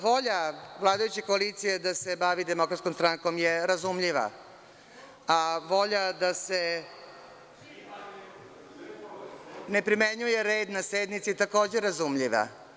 Volja vladajuće koalicije da se bavi Demokratskom strankom je razumljiva, a volja da se ne primenjuje red na sednici takođe je razumljiva.